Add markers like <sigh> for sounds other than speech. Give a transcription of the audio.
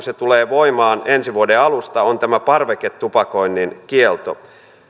<unintelligible> se tulee voimaan ensi vuoden alusta on tämä parveketupakoinnin kielto